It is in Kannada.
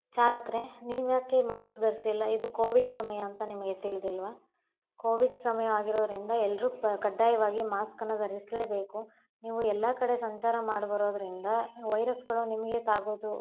ಚಾಲಕರೇ ನೀವ್ಯಾಕೆ ಮಾಸ್ಕ್ ಧರಿಸಿಲ್ಲ ಇದು ಕೋವಿಡ್ ಸಮಯ ಅಂತ ನಿಮಗೆ ತಿಳ್ದಿಲ್ವಾ ಕೋವಿಡ್ ಸಮಯ ಆಗಿರೋದರಿಂದ ಎಲ್ಲರೂ ಕಡ್ಡಾಯವಾಗಿ ಮಾಸ್ಕನ್ನು ಧರಿಸಲೇಬೇಕು ನೀವು ಎಲ್ಲ ಕಡೆ ಸಂಚಾರ ಮಾಡಿಬರೋದ್ರಿಂದ ವೈರಸ್ಗಳು ನಿಮಗೆ ತಾಗೋದು